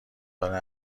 داره